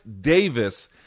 Davis